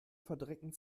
verdrecken